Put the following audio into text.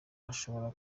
bashobora